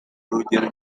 rugero